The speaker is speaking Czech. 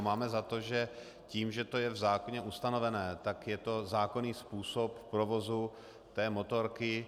Máme za to, že tím, že to je v zákoně ustanovené, tak je to zákonný způsob provozu motorky.